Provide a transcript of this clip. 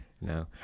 no